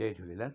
Jay Jhulelal